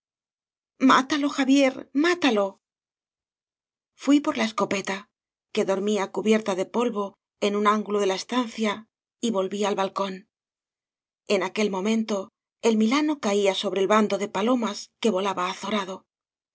mátalo xavier mátalóf fui por la escopeta que dormía cubierta de polvo en un ángulo de la estancia y volví al balcón en aquel momento el milano caía sobre el bando de palomas que volaba